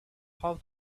how